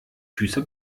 füße